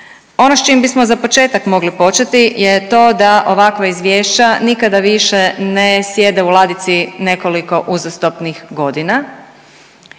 Ono s čim bismo za početak mogli početi je to da ovakva izvješća nikada više ne sjede u ladici nekoliko uzastopnih godina,